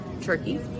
turkey